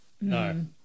No